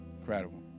incredible